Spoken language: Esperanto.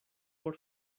por